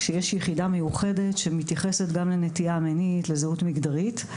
כשיש יחידה מיוחדת שמתייחסת גם לנטייה מינית ולזהות מגדרית.